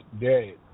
dead